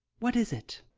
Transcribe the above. what is it?